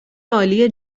عالی